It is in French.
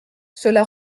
cela